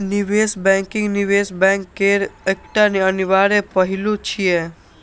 निवेश बैंकिंग निवेश बैंक केर एकटा अनिवार्य पहलू छियै